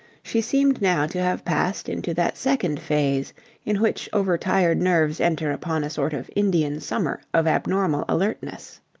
she seemed now to have passed into that second phase in which over-tired nerves enter upon a sort of indian summer of abnormal alertness.